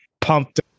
Pumped